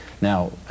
Now